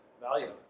value